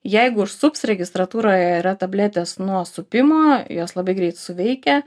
jeigu ir sups registratūroje yra tabletės nuo supimo jos labai greit suveikia